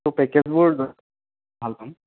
ত' পেকেজবোৰ ভাল পাম